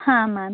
ಹಾಂ ಮ್ಯಾಮ್